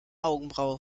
augenbraue